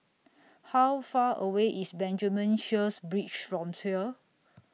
How Far away IS Benjamin Sheares Bridge from here